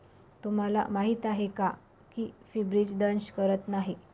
तुम्हाला माहीत आहे का की फ्रीबीज दंश करत नाही